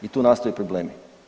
I tu nastaju problemi.